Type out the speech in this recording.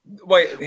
Wait